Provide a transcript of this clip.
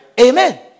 Amen